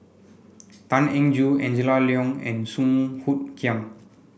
Tan Eng Joo Angela Liong and Song Hoot Kiam